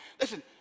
listen